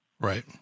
Right